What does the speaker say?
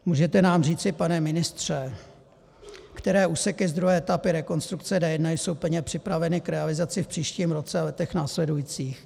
Můžete nám říci, pane ministře, které úseky z druhé etapy rekonstrukce D1 jsou plně připraveny k realizaci v příštím roce a letech následujících?